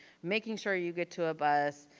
making sure you get to a bus.